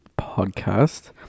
podcast